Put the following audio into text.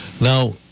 Now